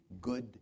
good